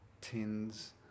tins